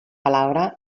palabra